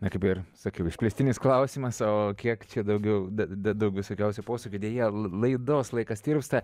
na kaip ir sakiau išplėstinis klausimas o kiek čia daugiau daug visokiausių posūkių deja laidos laikas tirpsta